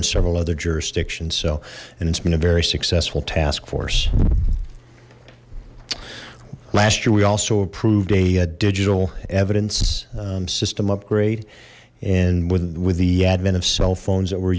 and several other jurisdictions so and it's been a very successful task force last year we also approved a digital evidence system upgrade and with with the advent of cell phones that we're